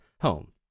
home